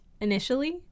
initially